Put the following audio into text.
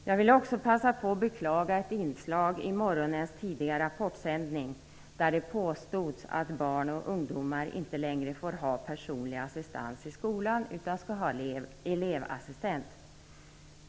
Jag vill passa på att beklaga ett inslag i morgonens tidiga Rapportsändning där det påstods att barn och ungdomar inte längre får ha personlig assistans i skolan utan skall har elevassistent.